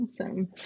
awesome